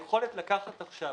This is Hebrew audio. אם ניקח עכשיו